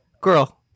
girl